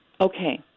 Okay